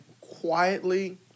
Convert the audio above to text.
quietly